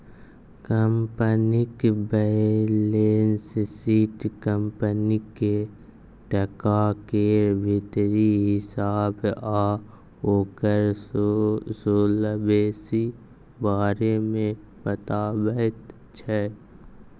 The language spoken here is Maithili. कंपनीक बैलेंस शीट कंपनीक टका केर भीतरी हिसाब आ ओकर सोलवेंसी बारे मे बताबैत छै